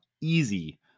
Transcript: Easy